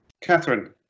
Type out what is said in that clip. Catherine